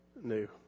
new